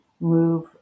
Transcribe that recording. move